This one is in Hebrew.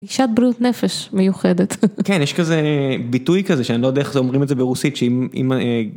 גישת בריאות נפש מיוחדת, כן יש כזה ביטוי כזה שאני לא יודע איך אומרים את זה ברוסית.